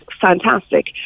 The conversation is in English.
fantastic